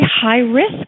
high-risk